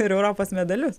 ir europos medalius